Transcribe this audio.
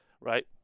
right